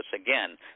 again